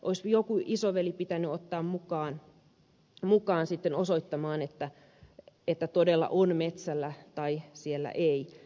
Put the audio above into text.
olisiko jokin isoveli pitänyt ottaa mukaan sitten osoittamaan että todella on siellä metsällä tai ei